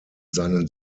seinen